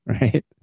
right